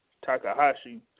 Takahashi